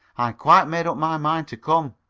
i've quite made up my mind to come